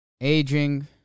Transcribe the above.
Aging